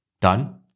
Done